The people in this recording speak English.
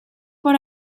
what